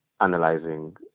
analyzing